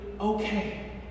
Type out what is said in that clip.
okay